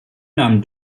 nahm